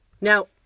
Now